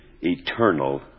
eternal